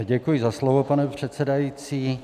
Děkuji za slovo, pane předsedající.